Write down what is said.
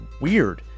weird